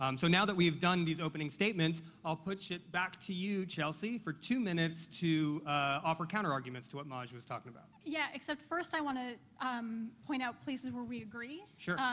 um so now that we've done these opening statements, i'll push it back to you, chelsea, for two minutes to offer counter arguments to what maj was talking about. yeah, except first, i want to um point out places where we agree sure.